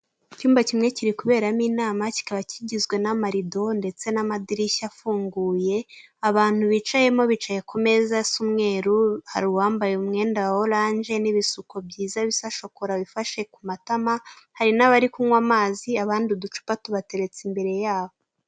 Icyumba kimwe kiri kuberamo inama kikaba kigizwe n'amarido ndetse n'amadirishya afunguye, abantu bicayemo bicaye ku meza asa umweru, hari uwambaye umwenda wa orange n'ibisuko byiza bisa shokora bifashe ku matama, hari n'abari kunywa amazi abandi uducupa tubateretse imbere y'abo.